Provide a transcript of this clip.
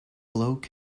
bloke